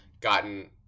gotten